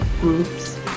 groups